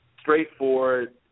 straightforward